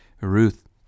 Ruth